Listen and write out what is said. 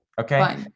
Okay